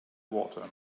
water